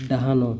ଡାହାଣ